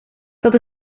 dat